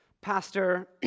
pastor